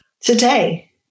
Today